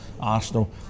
Arsenal